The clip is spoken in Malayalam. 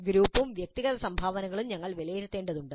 ഗ്രൂപ്പും വ്യക്തിഗത സംഭാവനകളും ഞങ്ങൾ വിലയിരുത്തേണ്ടതുണ്ട്